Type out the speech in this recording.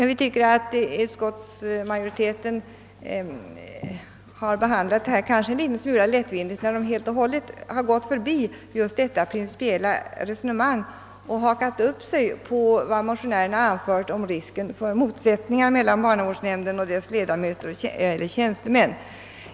Vi tycker dock att utskottsmajoriteten behandlat detta spörsmål en liten smula lättvindigt när den helt gått förbi detta principiella resonemang och hakat upp sig på vad motionären anfört om risken för motsättningar mellan barnavårdsnämnden och dess ledamöter eller tjänstemän.